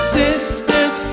sisters